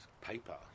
paper